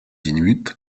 inuits